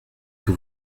que